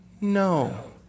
no